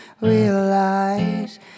realize